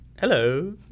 hello